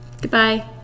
Goodbye